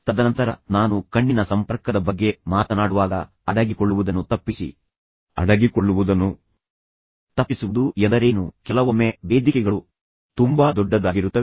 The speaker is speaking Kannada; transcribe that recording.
ತದನಂತರ ನಾನು ಕಣ್ಣಿನ ಸಂಪರ್ಕದ ಬಗ್ಗೆ ಮಾತನಾಡುವಾಗ ಅಡಗಿಕೊಳ್ಳುವುದನ್ನು ತಪ್ಪಿಸಿ ಅಡಗಿಕೊಳ್ಳುವುದನ್ನು ತಪ್ಪಿಸುವುದು ಎಂದರೇನು ಕೆಲವೊಮ್ಮೆ ವೇದಿಕೆಗಳು ತುಂಬಾ ದೊಡ್ಡದಾಗಿರುತ್ತವೆ